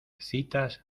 citas